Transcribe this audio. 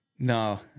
No